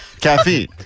caffeine